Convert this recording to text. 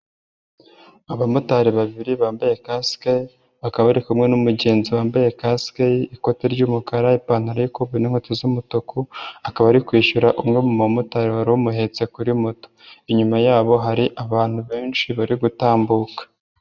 Abamotari babiri bambaye kasike, bakaba ari kumwe n'umugenzi wambaye kasike ikote ry'umukara, ipantaro y'ikoboyi n'inkweto z'umutuku, akaba ari kwishyura umwe mu bamotari wari umuhetse kuri moto. Inyuma yabo hari abantu benshi bari gutambuka.